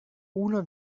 uno